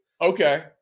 Okay